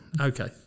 okay